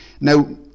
now